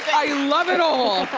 i love it all,